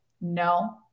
no